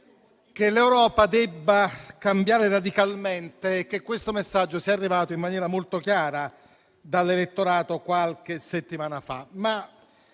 che l'Europa debba cambiare radicalmente e che questo messaggio sia arrivato in maniera molto chiara dall'elettorato qualche settimana fa.